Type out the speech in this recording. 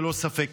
ללא ספק.